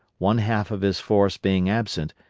one half of his force being absent,